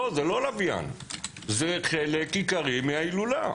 לא, זה לא לוויין, זה חלק עיקרי מן ההילולה.